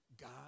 God